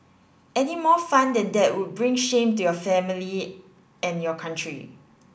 any more fun that that would bring shame to your family and your country